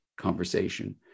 conversation